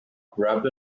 grabbed